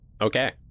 Okay